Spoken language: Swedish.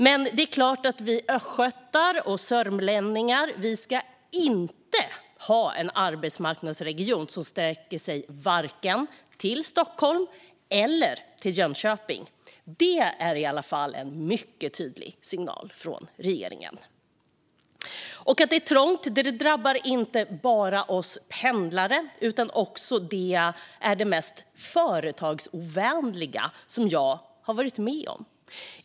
Det är dock klart att vi östgötar och sörmlänningar inte ska ha en arbetsmarknadsregion som sträcker sig vare sig till Stockholm eller till Jönköping. Det är i alla fall en mycket tydlig signal från regeringen. Att det är trångt drabbar inte bara oss pendlare, det är också det mest företagsovänliga jag har varit med om.